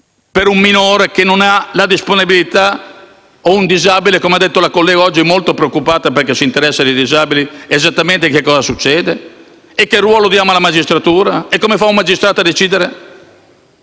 per un minore che non ha la disponibilità o un disabile - come ha detto oggi una collega molto preoccupata che si interessa di disabili - esattamente che cosa succede? E che ruolo diamo alla magistratura? Come fa un magistrato a decidere?